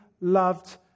loved